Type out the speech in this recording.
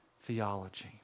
theology